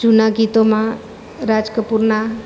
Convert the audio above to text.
જૂના ગીતોમાં રાજકપુરના